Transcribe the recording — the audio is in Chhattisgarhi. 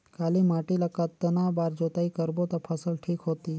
काली माटी ला कतना बार जुताई करबो ता फसल ठीक होती?